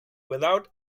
without